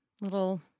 little